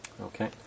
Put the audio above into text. Okay